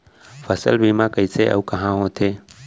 फसल बीमा कइसे अऊ कहाँ होथे?